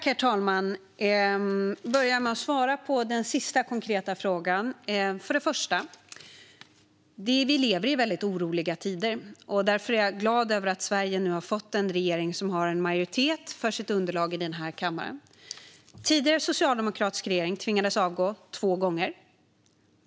Herr talman! Jag ska börja med att svara på den sista konkreta frågan. Först och främst lever vi i väldigt oroliga tider. Därför är jag glad över att Sverige nu har fått en regering som har en majoritet för sitt underlag i denna kammare. Den tidigare socialdemokratiska regeringen tvingades avgå två gånger.